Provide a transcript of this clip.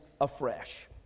afresh